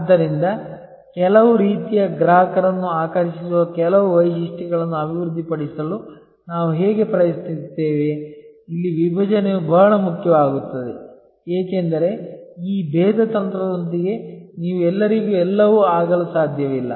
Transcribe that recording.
ಆದ್ದರಿಂದ ಕೆಲವು ರೀತಿಯ ಗ್ರಾಹಕರನ್ನು ಆಕರ್ಷಿಸುವ ಕೆಲವು ವೈಶಿಷ್ಟ್ಯಗಳನ್ನು ಅಭಿವೃದ್ಧಿಪಡಿಸಲು ನಾವು ಹೇಗೆ ಪ್ರಯತ್ನಿಸುತ್ತೇವೆ ಇಲ್ಲಿ ವಿಭಜನೆಯು ಬಹಳ ಮುಖ್ಯವಾಗುತ್ತದೆ ಏಕೆಂದರೆ ಈ ಭೇದ ತಂತ್ರದೊಂದಿಗೆ ನೀವು ಎಲ್ಲರಿಗೂ ಎಲ್ಲವೂ ಆಗಲು ಸಾಧ್ಯವಿಲ್ಲ